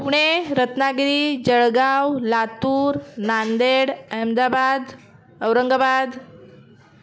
Pune Ratnagiri Jalgaon Latur Nanded Ahmedabad Aurangabad